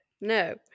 No